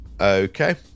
okay